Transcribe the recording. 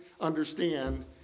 understand